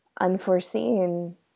unforeseen